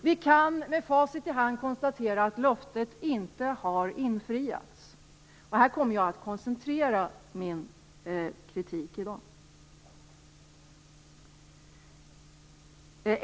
Vi kan med facit i hand konstatera att löftet inte har infriats. Här kommer jag att koncentrera min kritik i dag.